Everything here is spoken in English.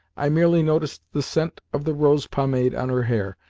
i merely noticed the scent of the rose pomade on her hair,